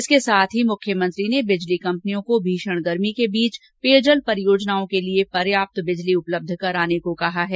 इसके साथ ही मुख्यमंत्री ने बिजली कंपनियों को भीषण गर्मी के बीच पेयजल परियाजनाओं के लिए पर्याप्त बिजली उपलब्ध कराने को कहा है